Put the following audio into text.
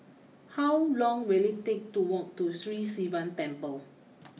how long will it take to walk to Sri Sivan Temple